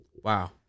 Wow